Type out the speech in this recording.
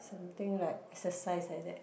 something like exercise like that